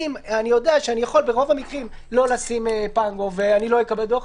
אם אני יודע שאני יכול ברוב המקרים לא לשים פנגו ואני לא אקבל דוח,